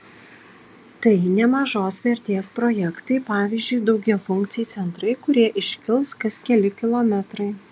tai nemažos vertės projektai pavyzdžiui daugiafunkciai centrai kurie iškils kas keli kilometrai